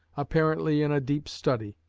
apparently in a deep study,